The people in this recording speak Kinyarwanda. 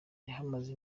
yahamaze